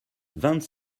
vingt